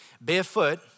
barefoot